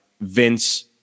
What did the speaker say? Vince